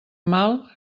mal